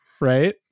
right